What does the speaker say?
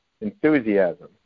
enthusiasm